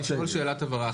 שאלת הבהרה.